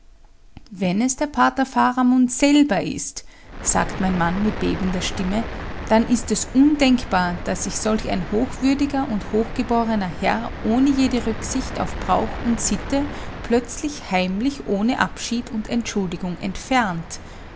wenn es der pater faramund selber ist sagt mein mann mit bebender stimme dann ist es undenkbar daß sich solch ein hochwürdiger und hochgeborener herr ohne jede rücksicht auf brauch und sitte plötzlich heimlich ohne abschied und entschuldigung entfernt